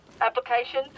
application